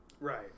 Right